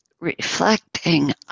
reflecting